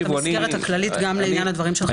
את המסגרת הכללית גם לעניין של חברת הכנסת גוטליב.